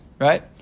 right